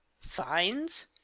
Fines